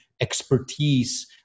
expertise